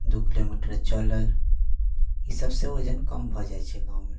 दू किलोमीटर तक चलल इसभसे वजन कम भऽजाइ छै गाममे